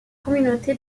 communauté